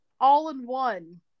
all-in-one